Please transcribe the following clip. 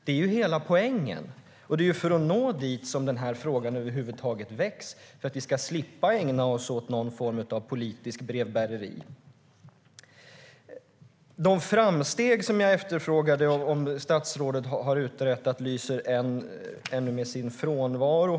Det är ju hela poängen, och det är för att vi ska slippa ägna oss åt någon form av politisk brevbäring som den här frågan över huvud taget väcks. Jag efterfrågade vilka framsteg som statsrådet har gjort. De lyser ännu med sin frånvaro.